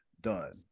done